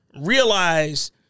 realize